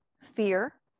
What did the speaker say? fear